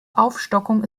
aufstockung